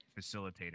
facilitator